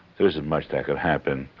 there isn't much that could happen,